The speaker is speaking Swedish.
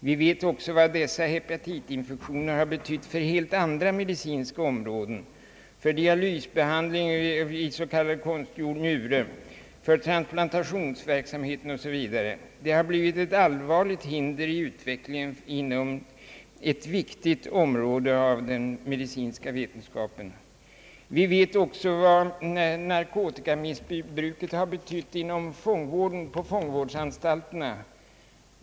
Vi vet också vad dessa hepatitinfektioner har betytt för helt andra medicinska områden, för dialysbehandling i s.k. konstgjord njure, för transplantationsverksamheten, osv. De har blivit ett allvarligt hinder i utvecklingen inom ett viktigt område av den medicinska vetenskapen. Vi vet också vad narkotikamissbruket har betytt på fångvårdsanstalterna.